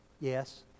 Yes